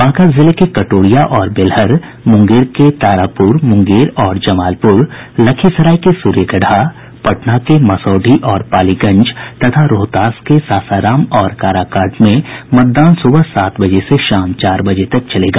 बांका जिले के कटोरिया और बेलहर मुंगेर के तारापुर मुंगेर और जमालपुर लखीसराय के सूर्यगढ़ा पटना के मसौढ़ी और पालीगंज तथा रोहतास के सासाराम और काराकाट में मतदान सुबह सात बजे से शाम चार बजे तक चलेगा